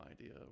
idea